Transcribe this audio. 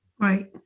right